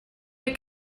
you